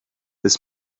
this